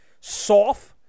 soft